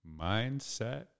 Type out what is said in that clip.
Mindset